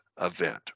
event